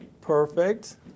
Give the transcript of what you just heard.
Perfect